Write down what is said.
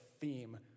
theme